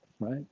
right